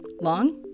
Long